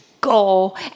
go